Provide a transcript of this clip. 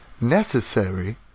necessary